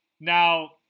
Now